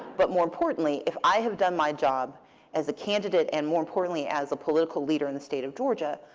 but more importantly, if i have done my job as a candidate and, more importantly, as a political leader in the state of georgia,